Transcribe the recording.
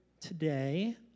today